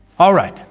alright,